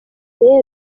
rero